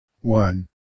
one